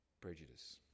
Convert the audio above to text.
prejudice